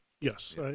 Yes